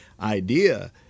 idea